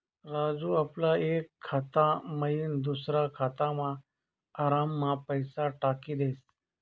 राजू आपला एक खाता मयीन दुसरा खातामा आराममा पैसा टाकी देस